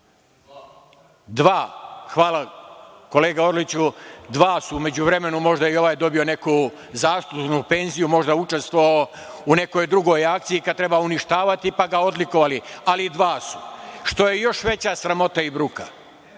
Dva.)Hvala, kolega Orliću. Dva su. U međuvremenu je možda i ovaj dobio neku zaslužnu penziju, možda učestvovao u nekoj drugoj akciji kada treba uništavati, pa ga odlikovali, ali dva su, što je još veća sramota i